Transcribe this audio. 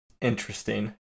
Interesting